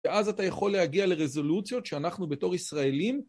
ואז אתה יכול להגיע לרזולוציות שאנחנו בתור ישראלים.